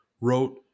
wrote